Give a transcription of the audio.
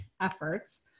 efforts